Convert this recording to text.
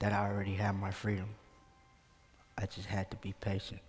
that already have my freedom i just had to be patient